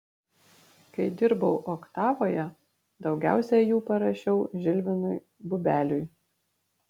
kai dirbau oktavoje daugiausiai jų parašiau žilvinui bubeliui